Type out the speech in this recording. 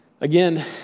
Again